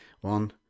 One